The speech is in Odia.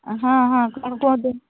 ହଁ ହଁ କ'ଣ କୁହନ୍ତୁ